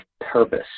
purpose